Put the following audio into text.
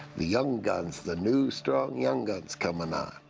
the young guns, the new, strong young guns coming on.